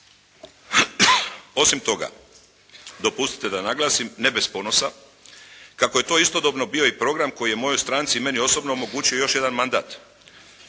Osim toga, dopustite da naglasim ne bez ponosa kako je to istodobno bio i program koji je mojoj stranci i meni osobno omogućio još jedan mandat